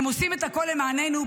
הם עושים את הכול למעננו,